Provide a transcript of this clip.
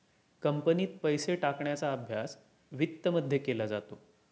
कंपनीत पैसे टाकण्याचा अभ्यास वित्तमध्ये केला जातो